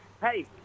hey